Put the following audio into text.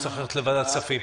הוא צריך ללכת לוועדת הכספים.